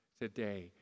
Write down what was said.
today